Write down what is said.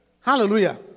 Hallelujah